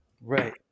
Right